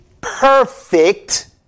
perfect